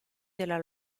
della